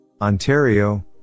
Ontario